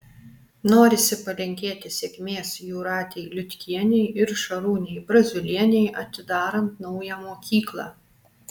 norisi palinkėti sėkmės jūratei liutkienei ir šarūnei braziulienei atidarant naują mokyklą